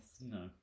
No